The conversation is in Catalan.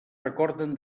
recorden